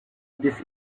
this